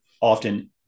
often